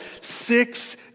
six